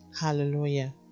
Hallelujah